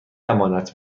امانت